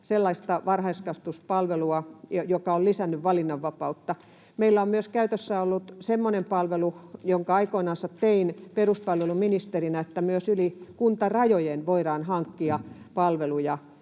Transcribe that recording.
sellaista varhaiskasvatuspalvelua, joka on lisännyt valinnanvapautta. Meillä on myös käytössä ollut semmoinen palvelu, jonka aikoinansa tein peruspalveluministerinä, että myös yli kuntarajojen voidaan hankkia